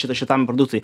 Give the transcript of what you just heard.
šita šitam produktui